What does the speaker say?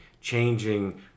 changing